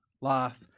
life